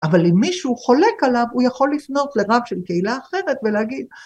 אבל אם מישהו חולק עליו הוא יכול לפנות לרב של קהילה אחרת ולהגיד...